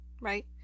right